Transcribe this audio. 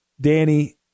Danny